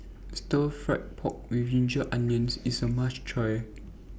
Stir Fried Pork with Ginger Onions IS A must Try